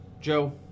joe